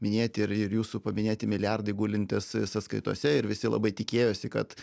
minėti ir ir jūsų paminėti milijardai gulintys sąskaitose ir visi labai tikėjosi kad